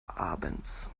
abends